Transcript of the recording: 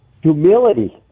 humility